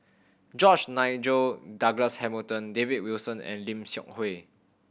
George Nigel Douglas Hamilton David Wilson and Lim Seok Hui